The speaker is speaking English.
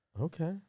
Okay